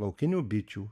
laukinių bičių